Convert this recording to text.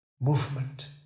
movement